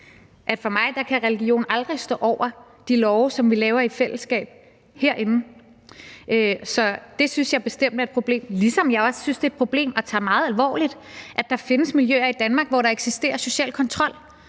for mig aldrig kan stå over de love, som vi laver i fællesskab herinde. Så det synes jeg bestemt er et problem, ligesom jeg også synes, det er et problem og tager meget alvorligt, at der findes miljøer i Danmark, hvor der eksisterer social kontrol.